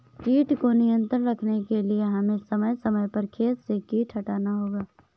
कीट को नियंत्रण रखने के लिए हमें समय समय पर खेत से कीट हटाना होगा